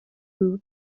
rue